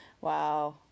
Wow